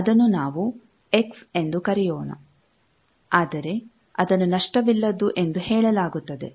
ಅದನ್ನು ನಾವು ಎಕ್ಸ್ ಎಂದು ಕರೆಯೋಣ ಆದರೆ ಅದನ್ನು ನಷ್ಟವಿಲ್ಲದ್ದು ಎಂದು ಹೇಳಲಾಗುತ್ತದೆ